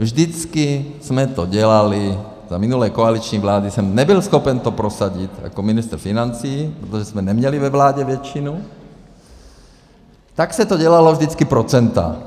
Vždycky jsme to dělali, za minulé koaliční vlády jsem nebyl schopen to prosadit jako ministr financí, protože jsme neměli ve vládě většinu, tak se to dělalo vždycky procenty.